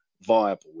viable